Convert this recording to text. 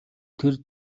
тэр